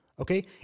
okay